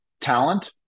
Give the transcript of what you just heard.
talent